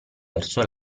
verso